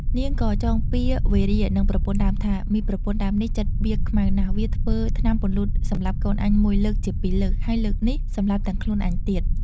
នាងក៏ចងពៀរវេរានឹងប្រពន្ធដើមថា "មីប្រពន្ធដើមនេះ ចិត្តវាខ្មៅណាស់ វាធ្វើថ្នាំពន្លូតសម្លាប់កូនអញមួយលើកជាពីរលើក ហើយលើកនេះ សម្លាប់ទាំងខ្លួនអញទៀត"។